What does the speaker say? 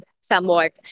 somewhat